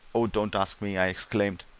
oh, don't ask me! i exclaimed.